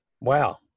Wow